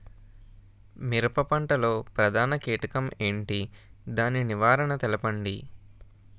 మిరప పంట లో ప్రధాన కీటకం ఏంటి? దాని నివారణ తెలపండి?